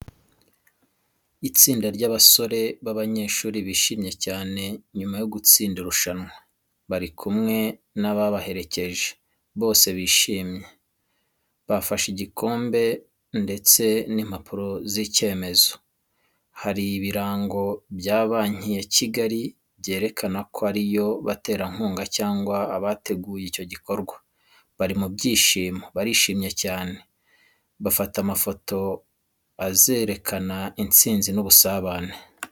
Itsinda ry'abasore b'abanyeshuri bishimye cyane nyuma yo gutsinda irushanwa. Bari kumwe n’ababaherekeje, bose bishimye, bafashe igikombe ndetse n’impapuro z’icyemezo. Hari ibirango bya Banki ya Kigali byerekana ko ari yo baterankunga cyangwa abateguye icyo gikorwa. Bari mu byishimo, barishimye cyane, bafata amafoto azerekana intsinzi n’ubusabane.